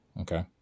Okay